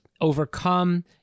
overcome